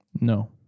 No